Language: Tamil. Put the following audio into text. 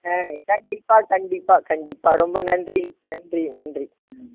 ஆ கண்டிப்பாக கண்டிப்பாக கண்டிப்பாக ரொம்ப நன்றி நன்றி நன்றி ம்